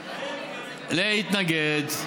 להתנגד.